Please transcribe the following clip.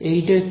এইটা কি